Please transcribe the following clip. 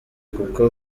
kuko